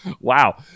Wow